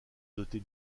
dotée